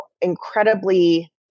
incredibly